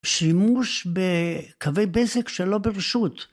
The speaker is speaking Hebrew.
שימוש בקווי בזק שלא ברשות.